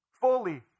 Fully